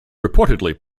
reportedly